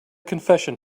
confession